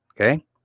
Okay